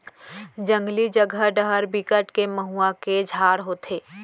जंगली जघा डहर बिकट के मउहा के झाड़ होथे